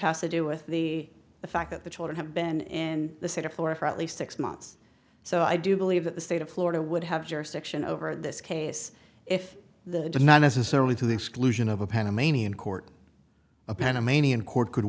has to do with the fact that the children have been in the state of florida at least six months so i do believe that the state of florida would have jurisdiction over this case if the did not necessarily to the exclusion of a panamanian court a panamanian court could